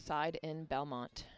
side and belmont